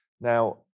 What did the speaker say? Now